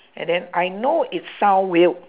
and then I know it sound weird